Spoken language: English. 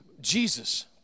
Jesus